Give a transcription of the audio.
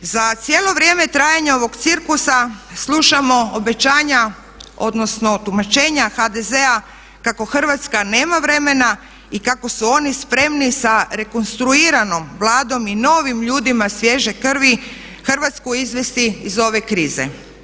Za cijelo vrijeme trajanja ovog cirkusa slušamo obećanja odnosno tumačenja HDZ-a kako Hrvatska nema vremena i kako su oni spremni sa rekonstruiranom Vladom i novim ljudima svježe krvi Hrvatsku izvesti iz ove krize.